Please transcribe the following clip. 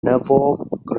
norfolk